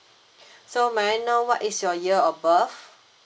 so may I know what is your year of birth